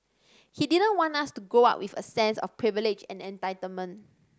he didn't want us to grow up with a sense of privilege and entitlement